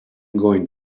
going